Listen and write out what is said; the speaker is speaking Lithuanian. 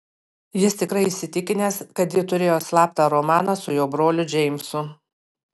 jis tikrai įsitikinęs kad ji turėjo slaptą romaną su jo broliu džeimsu